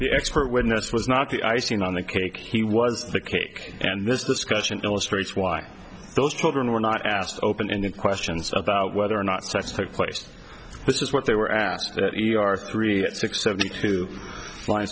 the expert witness was not the icing on the cake he was the cake and this discussion illustrates why those children were not asked open ended questions about whether or not sex took place this is what they were asked that you are three at six seventy two